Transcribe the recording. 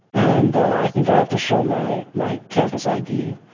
and i think i have to show my my campus id,